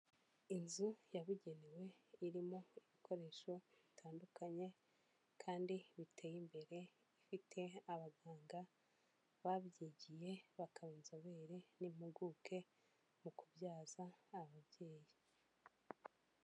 Inzu yabugenewe irimo ibikoresho bitandukanye kandi biteye imbere, ifite abaganga babyigiye bakaba inzobere n'impuguke mu kubyaza ababyeyi.